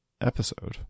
episode